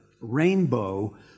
rainbow